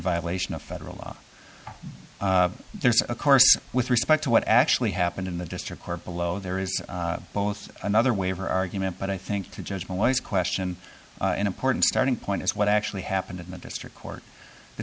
violation of federal law there's a course with respect to what actually happened in the district court below there is both another waiver argument but i think the judgment was question an important starting point is what actually happened in the district court the